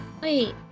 Wait